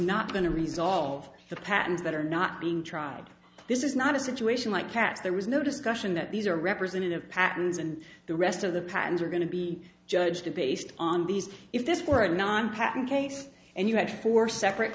not going to resolve the patents that are not being tried this is not a situation like cats there was no discussion that these are representative patents and the rest of the patents are going to be judged based on these if this were a non patent case and you had four separate